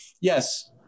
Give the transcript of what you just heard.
yes